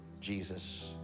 Jesus